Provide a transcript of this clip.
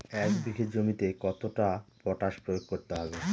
এক বিঘে জমিতে কতটা পটাশ প্রয়োগ করতে হবে?